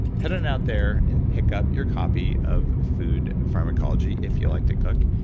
head on out there and pick up your copy of food pharmacology if you like to cook.